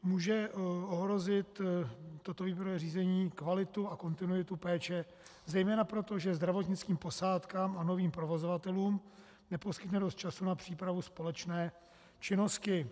Může ohrozit toto výběrové řízení kvalitu a kontinuitu péče zejména proto, že zdravotnickým posádkám a novým provozovatelům neposkytne dost času na přípravu společné činnosti.